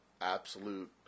absolute